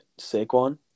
Saquon